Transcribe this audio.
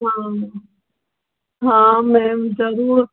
हा हा मैम ज़रूरु